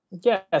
Yes